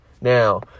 Now